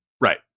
Right